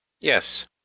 Yes